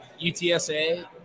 UTSa